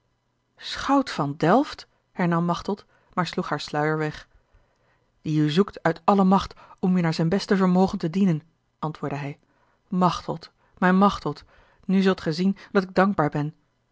schout van delft hernam machteld maar sloeg haar sluier weg die u zoekt uit alle macht om u naar zijn beste vermogen te dienen antwoordde hij machteld mijne machteld nu zult gij zien dat ik dankbaar ben